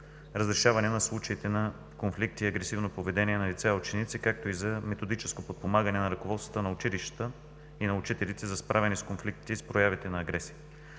разрешаване на случаите на конфликти и агресивно поведение на лица и ученици както и за методическо подпомагане на ръководствата на училищата и на учителите за справяне с конфликтите и с проявите на агресия.